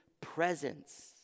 presence